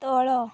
ତଳ